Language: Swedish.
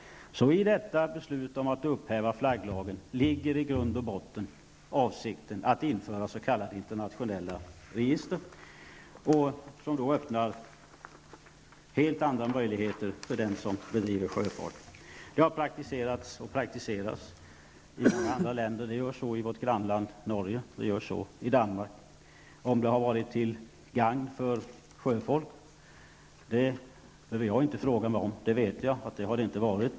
Så i beslutet om att upphäva flagglagen ligger i grund och botten avsikten att införa s.k. internationella register. Det öppnar helt andra möjligheter för den som bedriver sjöfart. Det här har praktiserats och praktiseras i många andra länder, t.ex. i vårt grannland Norge och i Danmark. Om det har varit till gagn för sjöfolk behöver jag inte fråga. Jag vet att det inte har varit bra.